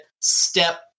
step